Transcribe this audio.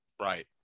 Right